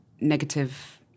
negative